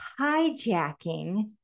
hijacking